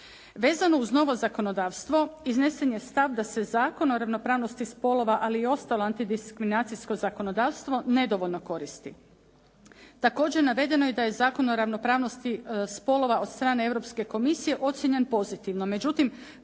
Vezano uz novo zakonodavstvo iznesen je stav da se Zakon o ravnopravnosti spolova ali i ostalo antidiskriminacijsko zakonodavstvo nedovoljno koristi. Također navedeno je da je Zakon o ravnopravnosti spolova od strane Europske komisije ocijenjen pozitivno,